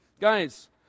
guys